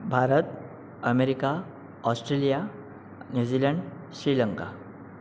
Bharat America Australia New Zealand Sri Lanka